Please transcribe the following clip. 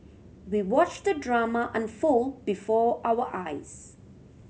we watched the drama unfold before our eyes